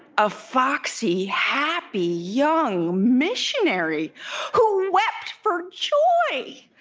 a foxy, happy, young missionary who wept for joy!